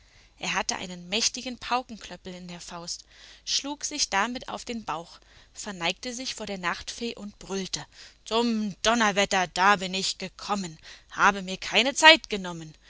er hatte einen mächtigen paukenklöppel in der faust schlug sich damit auf den bauch verneigte sich vor der nachtfee und brüllte zum donnerwetter da bin ich gekommen habe mir keine zeit genommen